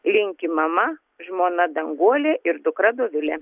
linki mama žmona danguolė ir dukra dovilė